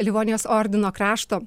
livonijos ordino krašto